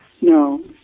No